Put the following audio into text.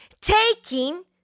Taking